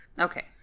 Okay